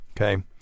Okay